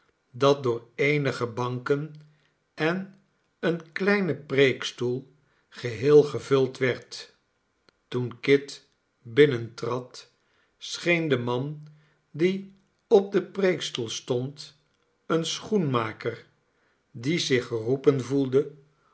dat door eenige banken en een kleinen preekstoel geheel gevuld werd toen kit binnentrad scheen de man die op de preekstoel stond een schoenmaker die zich geroepen voelde